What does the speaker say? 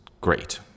great